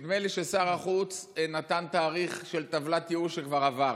נדמה לי ששר החוץ נתן תאריך של טבלת ייאוש שכבר עבר.